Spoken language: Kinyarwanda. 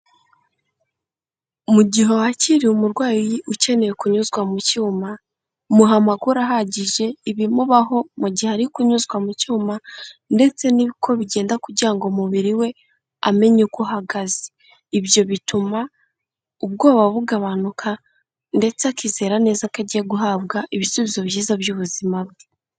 Mu gihe wakiriye umurwayi ukeneye kunyuzwa mu cyuma, muhe amakuru ahagije, ibimubaho mu gihe ari kunyuzwa mu cyuma ndetse ni uko bigenda kugira ngo umubiri we amenye uko ahagaze. Ibyo bituma ubwoba bugabanuka ndetse akizera neza ko agiye guhabwa ibisubizo byiza by'ubuzima bwe.